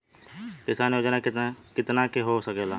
किसान योजना कितना के हो सकेला?